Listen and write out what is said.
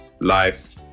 life